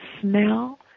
smell